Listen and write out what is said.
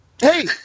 Hey